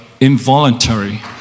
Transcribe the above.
involuntary